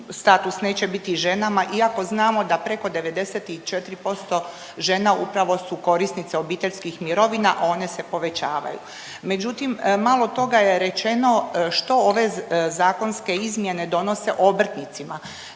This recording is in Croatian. neće biti ženama iako znamo da preko 94% žena upravo su korisnice obiteljskih mirovina, a one se povećavaju. Međutim, malo toga je rečeno što ove zakonske izmjene donose obrtnicima.